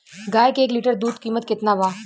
गाय के एक लीटर दूध कीमत केतना बा?